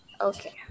okay